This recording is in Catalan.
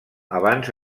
abans